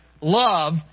love